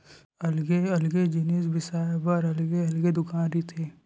अलगे अलगे जिनिस बिसाए बर अलगे अलगे दुकान रहिथे